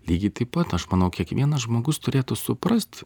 lygiai taip pat aš manau kiekvienas žmogus turėtų suprasti